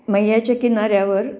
मैयाच्या किनाऱ्यावर